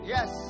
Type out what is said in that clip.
Yes